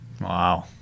Wow